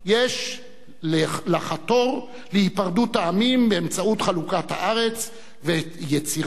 יש לחתור להיפרדות העמים באמצעות חלוקת הארץ ויצירתן